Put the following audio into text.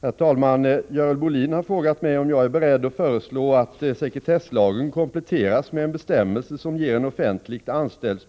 Herr talman! Görel Bohlin har frågat mig om jag är beredd att föreslå att sekretesslagen kompletteras med en bestämmelse som ger en offentligt anställds